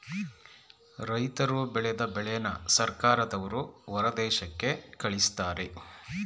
ರೈತರ್ರು ಬೆಳದ ಬೆಳೆನ ಸರ್ಕಾರದವ್ರು ಹೊರದೇಶಕ್ಕೆ ಕಳಿಸ್ತಾರೆ